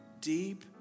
deep